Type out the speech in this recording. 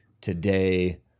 Today